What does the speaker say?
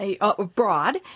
abroad